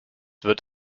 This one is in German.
wird